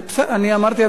אני אמרתי: המשיב.